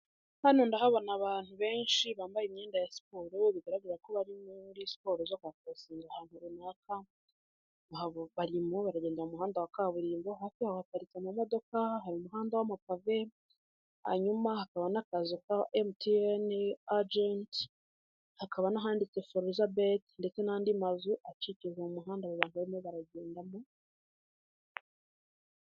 Hano ndahabona abantu benshi bambaye imyenda ya siporo bigaragara ko bari muri siporo zo kwaforosinga ahantu runaka barimu baragenda muhanda wa kaburimbo hafi haparirika amamodoka ha hari umuhanda wamapave hanyuma hakaba n'akazu ka mtn agent hakaba n'ahanditse forosabet ndetse n'andi mazu aciki mu muhanda aba bagoremo baragendamo.